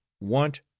want